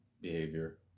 behavior